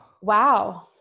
Wow